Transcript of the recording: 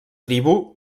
tribu